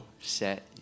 set